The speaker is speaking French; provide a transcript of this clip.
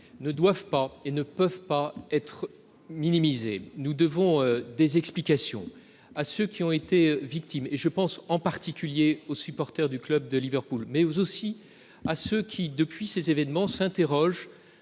ne doivent et ne peuvent pas être minimisés. Nous devons des explications à ceux qui en ont été victimes- je pense en particulier aux supporters du club de Liverpool -, mais aussi à ceux qui, depuis lors, s'interrogent